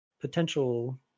Potential